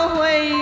Away